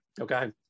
okay